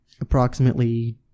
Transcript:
approximately